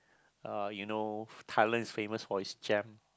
uh you know Thailand is famous for its jam